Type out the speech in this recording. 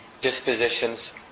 dispositions